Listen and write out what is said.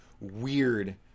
weird